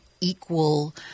equal